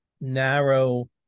narrow